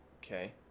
okay